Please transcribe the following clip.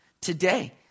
today